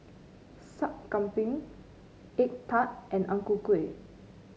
Sup Kambing egg tart and Ang Ku Kueh